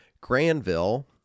granville